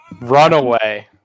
Runaway